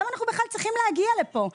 למה אנחנו בכלל צריכים להגיע לפה?